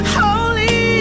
holy